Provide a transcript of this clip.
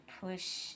push